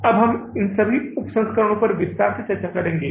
अब हम इन सभी उप संस्करणों पर विस्तार से चर्चा करेंगे